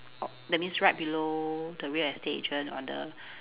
o~ that mean's right below the real estate agent on the